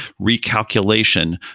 recalculation